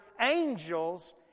angels